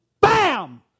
Bam